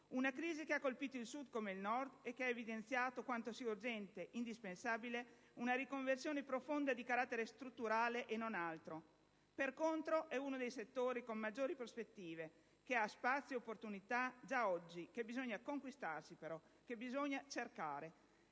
una crisi che ha colpito il Sud come il Nord e che ha evidenziato quanto sia urgente ed indispensabile una riconversione profonda di carattere strutturale, e non altro. Per contro, è uno dei settori con maggiori prospettive, che presenta spazi e opportunità già oggi, che bisogna però conquistarsi e cercare.